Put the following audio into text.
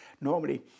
Normally